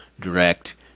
direct